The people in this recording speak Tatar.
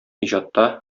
иҗатта